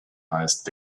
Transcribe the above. heißt